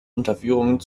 unterführung